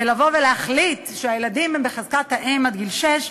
להחליט שהילדים הם בחזקת האם עד גיל שש,